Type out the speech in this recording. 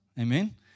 Amen